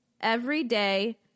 everyday